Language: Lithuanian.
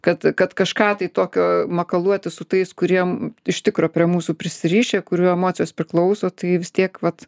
kad kad kažką tai tokio makaluotis su tais kuriem iš tikro prie mūsų prisirišę kurių emocijos priklauso tai vis tiek vat